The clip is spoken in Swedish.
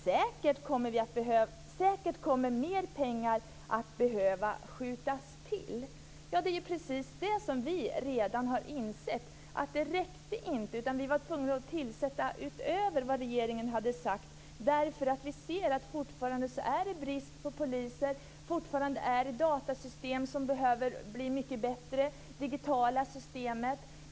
Säkert kommer mer pengar att behöva skjutas till. Det är ju precis det vi redan har insett. Det räckte inte, utan vi var tvungna att tillsätta mer, utöver vad regeringen hade sagt, därför att vi ser att det fortfarande är brist på poliser. Fortfarande behöver datasystem och digitala system bli bättre.